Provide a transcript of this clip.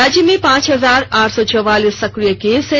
राज्य में पांच हजार आठ सौ चौवालीस सक्रिय केस है